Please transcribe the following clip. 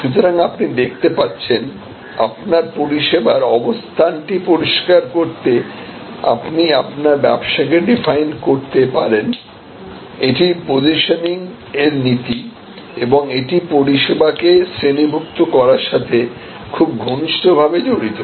সুতরাং আপনি দেখতে পাচ্ছেন আপনার পরিষেবারঅবস্থানটি পরিষ্কার করতে আপনি আপনার ব্যবসাকে ডিফাইন করতে পারেন এটি পজিশনিং এর নীতি এবং এটি পরিষেবাকে শ্রেণীভুক্ত করার সাথে খুব ঘনিষ্ঠভাবে জড়িত